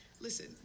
listen